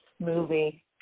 movie